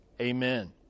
Amen